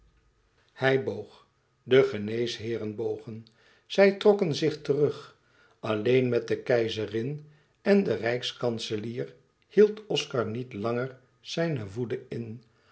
hij boog de geneesheeren bogen zij trokken zich terug alleen met de keizerin en den rijkskanselier hield oscar niet langer zijne woede in